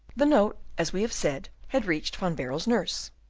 the note, as we have said, had reached van baerle's nurse.